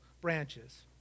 branches